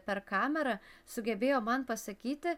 per kamerą sugebėjo man pasakyti